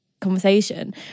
conversation